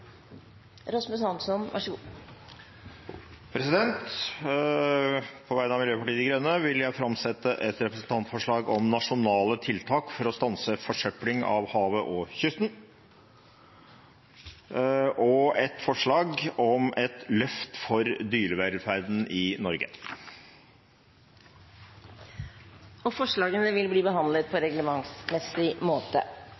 På vegne av Miljøpartiet De Grønne vil jeg framsette et representantforslag om nasjonale tiltak for å stanse forsøpling av havet og kysten og et forslag om et løft for dyrevelferden i Norge. Forslagene vil bli behandlet på